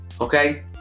okay